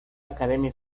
academia